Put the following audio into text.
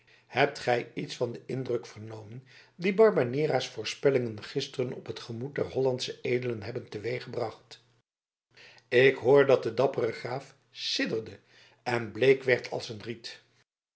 hebt gij iets van den indruk vernomen dien barbanera's voorspellingen gisteren op het gemoed der hollandsche edelen hebben teweeggebracht ik hoor dat de dappere graaf sidderde en bleek werd als een riet